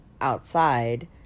outside